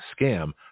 scam